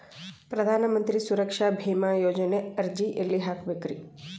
ಪ್ರಧಾನ ಮಂತ್ರಿ ಸುರಕ್ಷಾ ಭೇಮಾ ಯೋಜನೆ ಅರ್ಜಿ ಎಲ್ಲಿ ಹಾಕಬೇಕ್ರಿ?